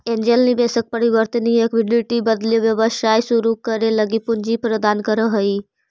angel निवेशक परिवर्तनीय equity के बदले व्यवसाय शुरू करे लगी पूंजी प्रदान करऽ हइ